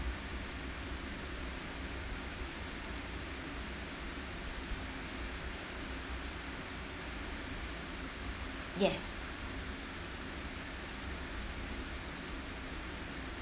yes